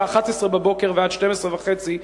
מהשעה 11:00 ועד השעה 12:30,